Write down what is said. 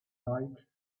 like